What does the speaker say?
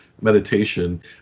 meditation